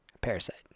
Parasite